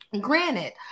granted